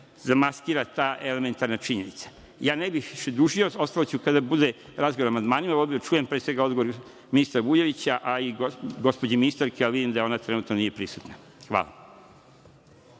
zamaskira ta elementarna činjenica. Ne bih više dužio. Ostalo ću kada bude razgovor o amandmanima. Voleo bih da čujem pre svega odgovor ministra Vujovića, a i gospođe ministarke, a vidim da ona trenutno nije prisutna. Hvala.